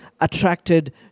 attracted